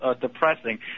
depressing